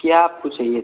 क्या आपको चाहिए थे